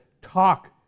talk